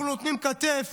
אנחנו נותנים כתף.